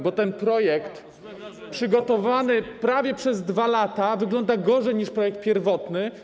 bo ten projekt przygotowywany prawie przez 2 lata wygląda gorzej niż projekt pierwotny.